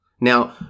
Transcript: Now